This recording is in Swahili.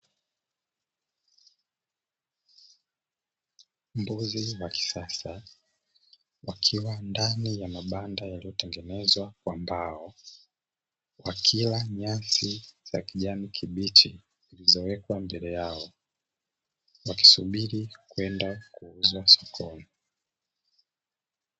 Mbuzi wa kisasa wakiwa ndani ya mabanda yaliyotengenezwa kwa mbao, wakila nyasi za kijani kibichi zilizowekwa mbele yao wakisubiri kwenda kuuzwa sokoni.